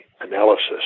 analysis